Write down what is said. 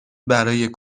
برای